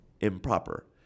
improper